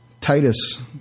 Titus